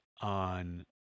on